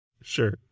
Sure